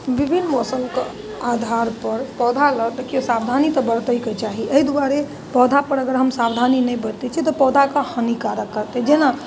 विभिन्न मौसमके आधारपर पौधा लऽ देखिऔ सावधानी तऽ बरतैके चाही एहि दुआरे पौधापर अगर हम सावधानी नहि बरतै छिए तऽ पौधाके हानिकारक करतै जेना